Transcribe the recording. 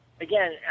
Again